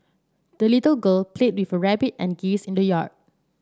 the little girl played with her rabbit and geese in the yard